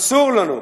אסור לנו,